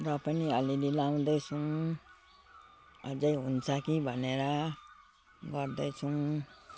र पनि अलिअलि लगाउँदैछौँ अझै हुन्छ कि भनेर गर्दैछौँ